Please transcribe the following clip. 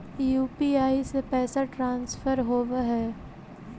UPI से पैसा transfer होवहै?